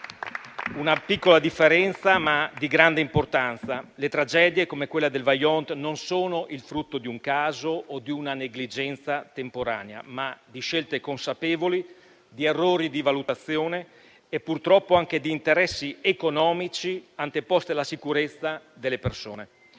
una piccola differenza, ma di grande importanza: le tragedie come quella del Vajont non sono il frutto di un caso o di una negligenza temporanea, ma di scelte consapevoli, di errori di valutazione e, purtroppo, anche di interessi economici anteposti alla sicurezza delle persone.